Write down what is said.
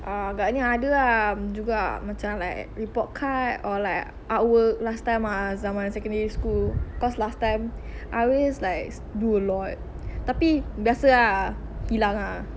um agaknya adalah juga macam like report card or like artwork last time ah zaman secondary school cause last time I always like do a lot tapi biasa ah hilang ah